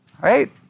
Right